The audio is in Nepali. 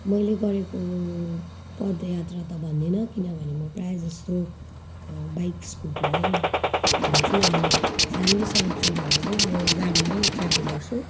मैले गरेको पद यात्रा त भन्दिनँ किनभने म प्रायः जस्तो बाइक स्कुटीमै घुम्छु अनि फ्यामिलीसँग छु भने चाहिँ म गाडीमै ट्राभेल गर्छु